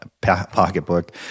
pocketbook